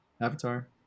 Avatar